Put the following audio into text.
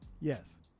yes